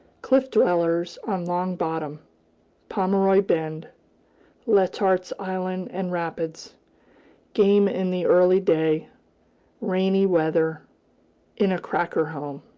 cliff-dwellers, on long bottom pomeroy bend letart's island, and rapids game, in the early day rainy weather in a cracker home.